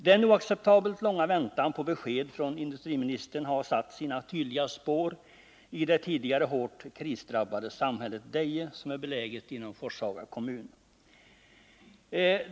Den oacceptabelt långa väntan på besked från industriministern har satt sina tydliga spår i det tidigare hårt krisdrabbade samhället Deje, som är beläget inom Forshaga kommun.